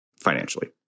financially